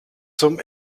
zum